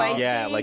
ah yeah, like